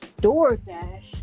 DoorDash